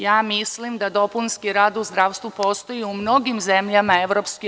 Ja mislim da dopunski rad u zdravstvu postoji u mnogim zemljama EU.